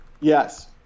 yes